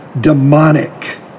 demonic